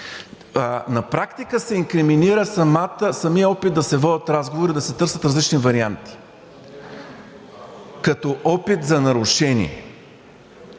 На практика се инкриминира самият опит да се водят разговори, да се търсят различни варианти, като опит за нарушение